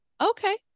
Okay